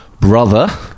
brother